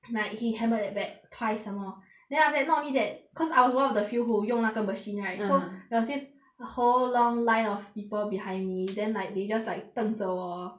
like he hammered at back twice some more then after that not that cause I was one of the few who 用那个 machine right ah so there was this whole long line of people behind me then like they just like 瞪着我